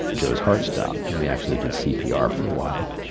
joe's heart stopped. and we actually did cpr for a while.